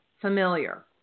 familiar